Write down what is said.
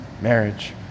marriage